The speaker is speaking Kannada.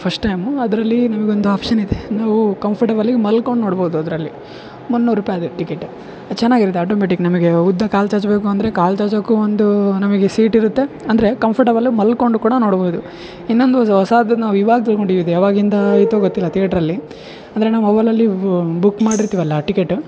ಫಷ್ಟ್ ಟೈಮು ಅದರಲ್ಲಿ ನಿಮಗೆ ಒಂದು ಆಪ್ಷನ್ ಇದೆ ನೀವು ಕಂಫರ್ಟೆಬಲಿ ಮಲ್ಕೊಂಡು ನೋಡ್ಬೋದು ಅದರಲ್ಲಿ ಮುನ್ನೂರು ರೂಪಾಯಿ ಆದು ಟಿಕೆಟ್ ಚೆನ್ನಾಗ್ ಇರುತ್ತೆ ಆಟೋಮೆಟಿಕ್ ನಮಗೇ ಉದ್ದ ಕಾಲು ಚಾಚಬೇಕು ಅಂದರೆ ಕಾಲು ಚಾಚೋಕ್ಕೂ ಒಂದು ನಮಗೆ ಸೀಟ್ ಇರುತ್ತೆ ಅಂದರೆ ಕಂಫರ್ಟೆಬಲ್ ಮಲ್ಕೊಂಡು ಕೂಡ ನೋಡ್ಬೋದು ಇನ್ನೊಂದು ಹೊಸದು ನಾವು ಇವಾಗ ತಿಳ್ಕೊಂಡಿದ್ದೆ ಅವಾಗಿಂದ ಐತೊ ಗೊತ್ತಿಲ್ಲ ತೇಟ್ರ್ಲ್ಲಿ ಅಂದರೆ ನಾವು ಮೊಬೈಲಲ್ಲಿ ಬುಕ್ ಮಾಡಿರ್ತೀವಲ್ಲ ಟಿಕೆಟ್